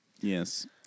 Yes